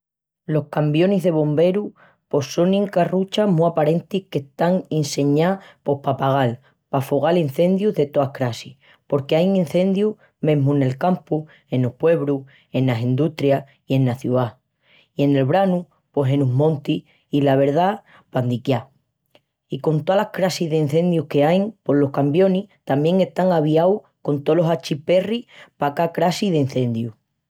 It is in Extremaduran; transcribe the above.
Los cambionis de bomberus pos sonin carruchas mu aparentis qu'están inseñás pos pa apagal, pa afogal enciendus de toa crassi porqu'ain enciendus mesmu nel campu, enos puebrus, enas endustrias i enas ciais. I nel branu pos enos montis i, la verdá, pandiquiá. I con tolas crassis d'enciendus qu'ain, pos los cambionis tamién están aviaus con tolos achiperris pa cá crassi d'enciendu.